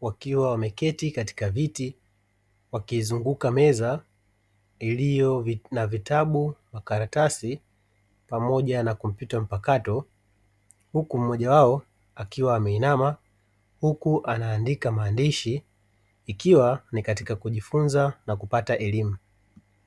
wakiwa wameketi kwenye viti wakizunguka meza iliyo na vitabu, makaratasi pamoja na kompyuta mpakato, huku mmoja wao akiwa ameinama na anaandika maandishi; hii ni katika kujifunza na kupata elimu.